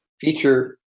feature